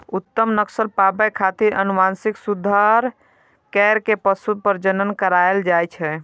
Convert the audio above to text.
उत्तम नस्ल पाबै खातिर आनुवंशिक सुधार कैर के पशु प्रजनन करायल जाए छै